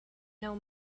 know